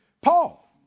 Paul